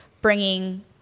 bringing